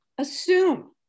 Assume